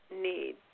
need